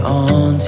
on